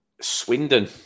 Swindon